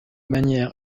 manière